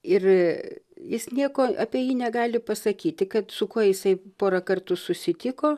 ir jis nieko apie jį negali pasakyti kad su kuo jisai porą kartų susitiko